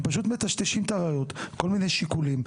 הם פשוט מטשטשים את הראיות מכל מיני שיקולים,